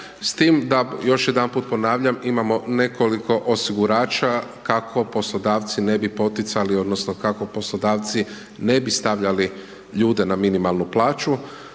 s tim da još jedanput ponavljam, imamo nekoliko osigurača kako poslodavci ne bi poticali odnosno kako poslodavci ne bi stavljali ljude na minimalnu plaću,